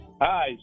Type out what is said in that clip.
hi